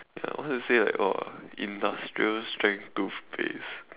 ya once you say like !wah! industrial strength toothpaste